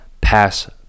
pass